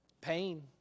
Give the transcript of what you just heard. Pain